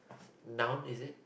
noun is it